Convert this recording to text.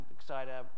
excited